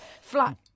flat